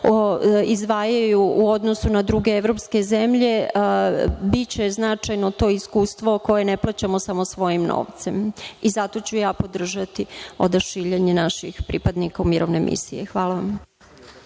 izdvajaju u odnosu na druge evropske zemlje, biće značajno to iskustvo koje ne plaćamo samo svojim novcem. Zato ću ja odašiljanje slanje naših vojnika u mirovne misije. Zahvaljujem.